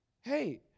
hey